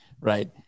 Right